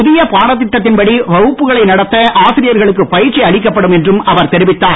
புதிய பாடத்திட்டத்தின் படி வகுப்புகளை நடத்த ஆசிரியர்களுக்கு பயிற்சி அளிக்கப்படும் என்றும் அவர் தெரிவித்தார்